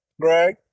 Greg